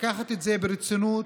לקחת את זה ברצינות,